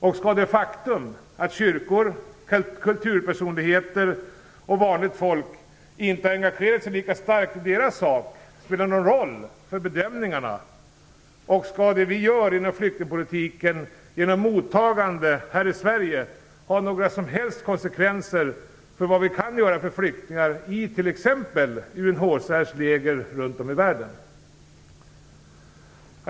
Och skall det faktum att kyrkor, kulturpersonligheter och vanligt folk inte engagerar sig lika starkt i deras sak spela någon roll för bedömningarna? Skall det vi gör inom flyktingpolitiken genom mottagande här i Sverige ha några som helst konsekvenser för vad vi kan göra för flyktingar i t.ex. UNHCR:s läger runt om i världen?